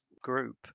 group